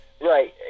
right